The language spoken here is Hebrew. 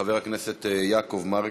מס' 5392, של חבר הכנסת יעקב מרגי.